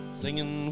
singing